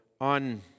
on